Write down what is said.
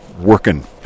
working